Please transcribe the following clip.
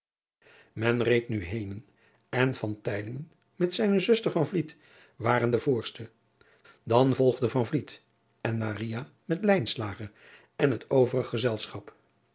en reed nu henen en met zijne zuster waren de voorste dan volgde en met en het overig gezelschap